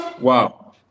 Wow